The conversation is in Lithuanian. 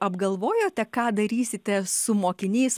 apgalvojote ką darysite su mokiniais